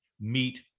meet